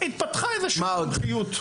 התפתחה איזו שהיא מומחיות.